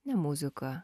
ne muzika